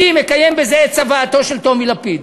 אני מקיים בזה את צוואתו של טומי לפיד.